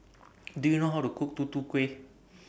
Do YOU know How to Cook Tutu Kueh